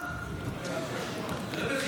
שהיא נסגרה,